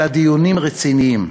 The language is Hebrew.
אלא דיונים רציניים.